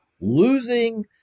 losing